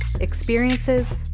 experiences